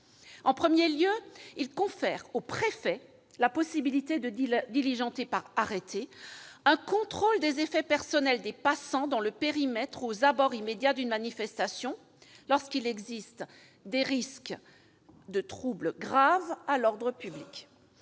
En premier lieu, il confère au préfet la possibilité de diligenter, par arrêté, un contrôle des effets personnels des passants dans le périmètre ou aux abords immédiats d'une manifestation, lorsqu'il existe des risques de troubles graves à l'ordre public.